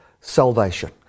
salvation